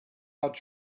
out